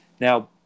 Now